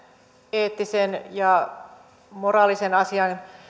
eettisen ja moraalisen asian